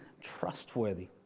trustworthy